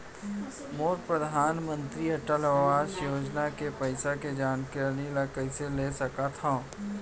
मोर परधानमंतरी अटल आवास योजना के पइसा के जानकारी ल कइसे ले सकत हो?